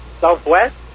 Southwest